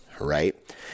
right